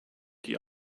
die